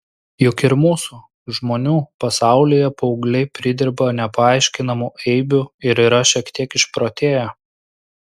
juk ir mūsų žmonių pasaulyje paaugliai pridirba nepaaiškinamų eibių ir yra šiek tiek išprotėję